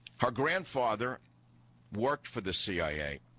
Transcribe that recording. her grandfather worked for the cia